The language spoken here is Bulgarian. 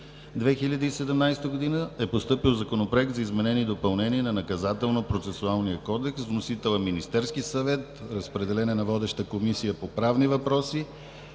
2017 г. е постъпил Законопроект за изменение и допълнение на Наказателно-процесуалния кодекс. Вносител е Министерският съвет, разпределен е на водещата Комисия по правни въпроси